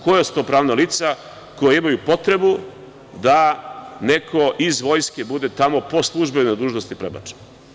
Koja su to pravna lica koja imaju potrebu da neko iz vojske bude tamo po službenoj dužnosti prebačen?